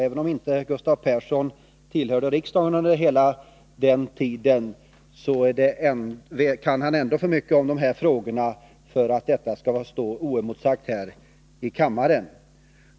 Även om Gustav Persson inte tillhörde riksdagen under hela den tiden, kan han ändå för mycket om dessa frågor för att detta skall få stå oemotsagt här i kammaren.